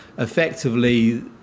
effectively